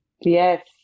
Yes